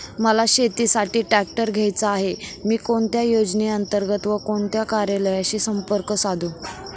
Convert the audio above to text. मला शेतीसाठी ट्रॅक्टर घ्यायचा आहे, मी कोणत्या योजने अंतर्गत व कोणत्या कार्यालयाशी संपर्क साधू?